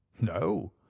no.